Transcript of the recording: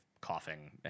coughing